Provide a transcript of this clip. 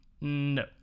No